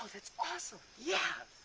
that's awesome. yeah!